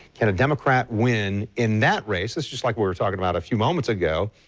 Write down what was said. and a democrat win in that race, just just like we were talking about a few moment ago.